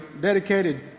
dedicated